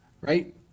right